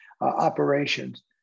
operations